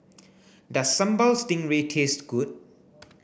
does sambal stingray taste good